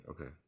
okay